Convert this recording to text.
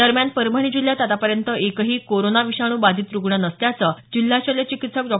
दरम्यान परभणी जिल्ह्यात आतापर्यंत एकही कोरोना विषाणू बाधित रुग्ण नसल्याचं जिल्हा शल्य चिकित्सक डॉ